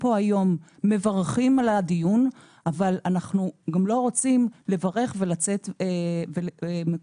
כאן היום ומברכים על הדיון אבל אנחנו גם לא רוצים לברך ולצאת מקוללים.